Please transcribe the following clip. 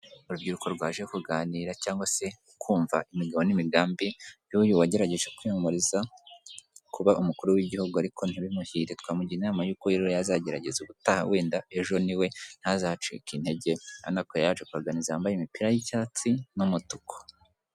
Urubyiruko rwaje kuganira cyangwa se kumva imigabo n'imigambi y'uyu wagerageje kwiyamamariza kuba umukuru w'Igihugu ariko ntibimuhire. Twamugira inama y'uko rero yazagerageza ubutaha, wenda ejo ni we. Ntazacike intege . Urabona ko yaje kubaganiriza yambaye imipira y'icyatsi n'umutuku.